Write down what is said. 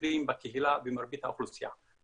שמטפלים בקהילה במרבית האוכלוסייה?